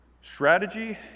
Strategy